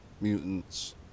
mutants